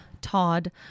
Todd